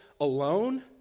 alone